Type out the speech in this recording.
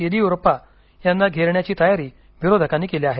येदियुरप्पा यांना घेरण्याची तयारी विरोधकांनी केली आहे